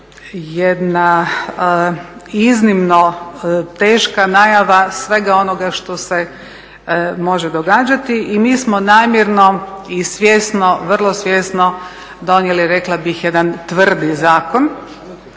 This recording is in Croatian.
jedna iznimno teška najava svega onoga što se može događati. I mi smo namjerno i svjesno, vrlo svjesno donijeli rekla bih jedan tvrdi zakon.